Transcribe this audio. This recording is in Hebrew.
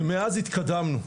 ומאז התקדמנו,